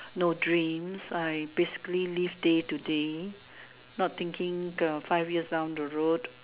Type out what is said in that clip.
no dreams I basically live day to day not thinking the five years down the road